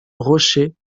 rochers